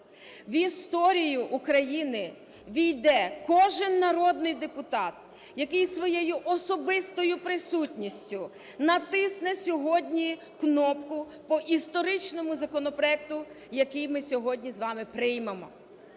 В історію України увійде кожен народний депутат, який своєю особистою присутністю натисне сьогодні кнопку по історичному законопроекту, який ми сьогодні з вами приймемо.